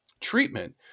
treatment